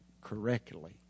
correctly